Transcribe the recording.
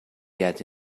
get